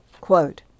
quote